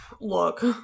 Look